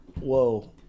whoa